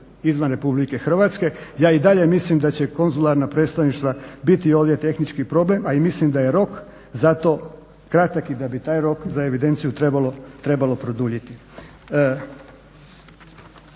izvan RH. Ja i dalje mislim da će konzularna predstavništva biti ovdje tehnički problem, a i mislim da je rok za to kratak i da bi taj rok za evidenciju trebalo produljiti.